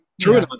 True